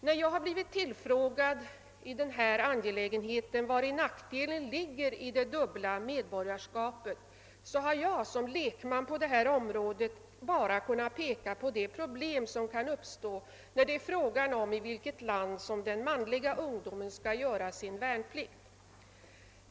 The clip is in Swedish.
När jag har blivit tillfrågad, vari nackdelen med det dubbla medborgarskapet ligger, har jag som lekman på det området bara kunnat peka på det problem som kan uppstå när det blir fråga om i vilket land manliga ungdomar skall göra sin värnplikt.